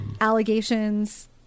allegations